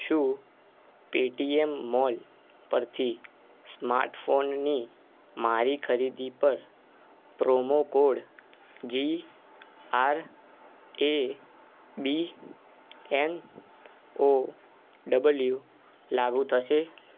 શું Paytm mall પરથી smart ફોનની મારી ખરીદી પર promo code G R A B N O W લાગુ થશે